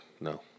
No